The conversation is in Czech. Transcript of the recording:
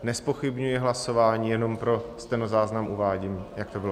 Nezpochybňuji hlasování, jenom pro stenozáznam uvádím, jak to bylo.